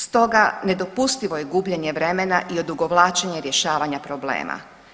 Stoga, nedopustivo je gubljenje vremena i odugovlačenje rješavanja problema.